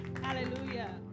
Hallelujah